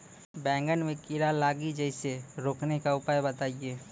बैंगन मे कीड़ा लागि जैसे रोकने के उपाय बताइए?